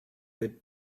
good